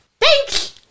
Thanks